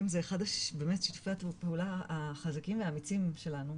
זה אחד משיתופי הפעולה החזקים והאמיצים שלנו,